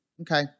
Okay